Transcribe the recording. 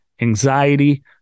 anxiety